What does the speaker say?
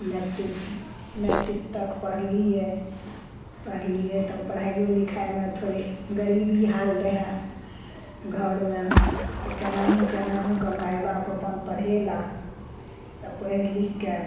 metric matric तक पढ़लियै पढ़लियै तऽ पढ़ाइयो लिखाइमे थोड़े गरीबी हाल रहए घरमे केनाहुँ केनाहुँ कऽ माय बाप अपन पढ़ेला तऽ पढ़ि लिखिके